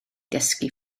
dysgu